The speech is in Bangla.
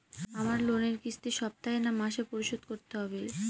আমার লোনের কিস্তি সপ্তাহে না মাসে পরিশোধ করতে হবে?